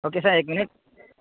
okay sir ایک minute